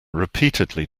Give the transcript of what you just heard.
repeatedly